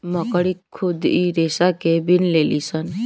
मकड़ी खुद इ रेसा के बिन लेलीसन